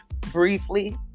briefly